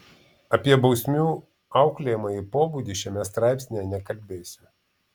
apie bausmių auklėjamąjį pobūdį šiame straipsnyje nekalbėsiu